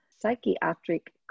psychiatric